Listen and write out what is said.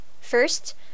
First